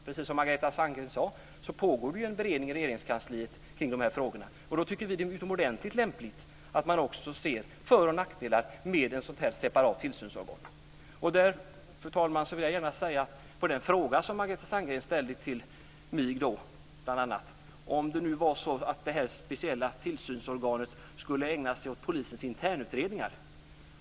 Som Margareta Sandgren sade pågår det en beredning i Regeringskansliet av dessa frågor, och vi tycker att det då är utomordentligt lämpligt att man ser för och nackdelar med ett sådant här separat tillsynsorgan. Fru talman! Jag vill gärna svara på den fråga som Margareta Sandgren ställde bl.a. till mig om ifall det speciella tillsynsorganet skulle ägna sig åt polisens internutredningar.